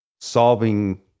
solving